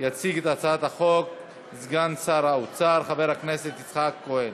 יציג את הצעת החוק סגן שר האוצר חבר הכנסת יצחק כהן.